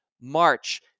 March